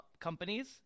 companies